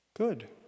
good